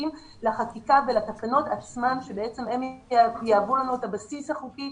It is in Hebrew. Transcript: מחכים לחקיקה ולתקנות עצמן שבעצם הן יהוו לנו את הבסיס החוקי,